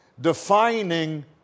defining